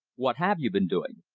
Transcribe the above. what have you been doing?